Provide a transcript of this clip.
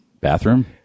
bathroom